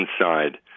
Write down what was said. inside